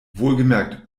wohlgemerkt